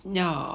no